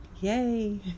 Yay